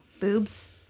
Boobs